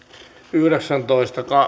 yhdeksäntoista